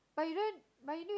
but you don't buy a new